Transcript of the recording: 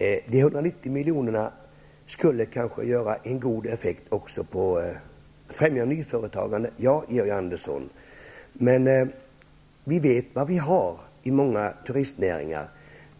Ja, Georg Andersson, de 190 milj.kr. skulle kanske göra en god effekt för att främja nyföretagande. Men vi vet vad vi har i många turistnäringar.